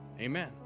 amen